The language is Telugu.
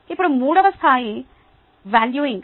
ఇప్పుడు మూడవ స్థాయి వాల్యూఇంగ్